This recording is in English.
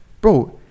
bro